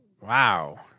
wow